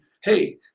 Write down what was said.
Hey